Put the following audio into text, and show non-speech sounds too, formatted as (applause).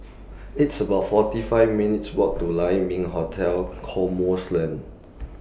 It's about forty five minutes' Walk to Lai Ming Hotel (unintelligible)